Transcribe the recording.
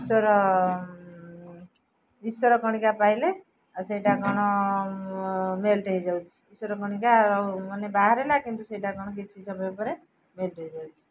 ଈଶ୍ୱର ଈଶ୍ୱର କଣିକା ପାଇଲେ ଆଉ ସେଇଟା କ'ଣ ମେଲ୍ଟ ହେଇଯାଉଛି ଈଶ୍ୱର କଣିକା ଆଉ ମାନେ ବାହାରିଲା କିନ୍ତୁ ସେଇଟା କ'ଣ କିଛି ସମୟ ପରେ ମେଲ୍ଟ ହେଇଯାଉଛି